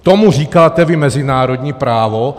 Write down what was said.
Tomu říkáte vy mezinárodní právo?